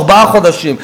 ארבעה חודשים.